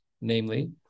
namely